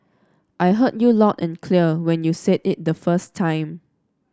I heard you loud and clear when you said it the first time